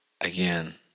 Again